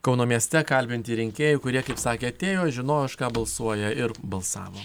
kauno mieste kalbinti rinkėjai kurie kaip sakė atėjo žinojo už ką balsuoja ir balsavo